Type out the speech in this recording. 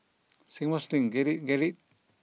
Singapore Sling get it get it